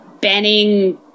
banning